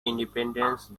independence